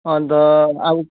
अन्त अब